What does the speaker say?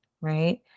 right